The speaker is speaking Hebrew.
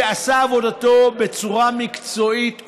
שעשה עבודתו בצורה מקצועית וראויה,